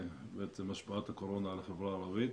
השפעת הקורונה על החברה הערבית.